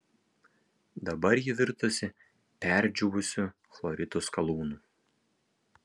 dabar ji virtusi perdžiūvusiu chloritų skalūnu